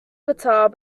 guitar